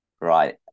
Right